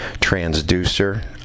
transducer